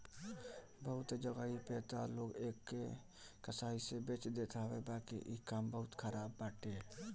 बहुते जगही पे तअ लोग एके कसाई से बेच देत हवे बाकी इ काम बहुते खराब बाटे